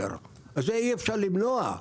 זה אי אפשר למנוע.